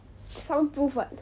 soundproof [what]